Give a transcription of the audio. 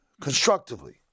constructively